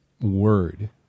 word